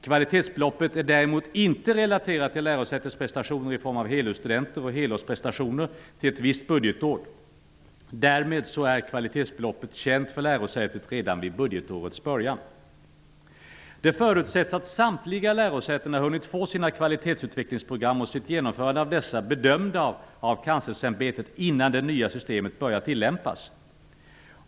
Kvalitetsbeloppet är däremot inte relaterat till lärosätets prestationer i form av helårsstudenter eller helårsprestationen för ett visst budgetår. Därmed är kvalitetsbeloppet känt för lärosätet redan vid budgetårets början. Det förutsätts att samtliga lärosäten skall ha hunnit få sina kvalitetsutvecklingsprogram och sitt genomförande av dessa bedömda av Kanslersämbetet innan det nya systemet börjar tillämpas.